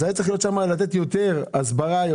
היה צריך לתת שם יותר, יותר הסברה.